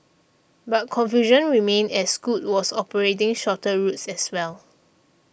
but confusion remained as Scoot was operating shorter routes as well